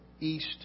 East